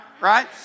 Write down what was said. Right